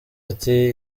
ati